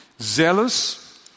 Zealous